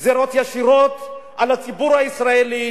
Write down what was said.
גזירות ישירות על הציבור הישראלי.